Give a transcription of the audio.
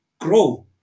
grow